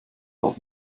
hat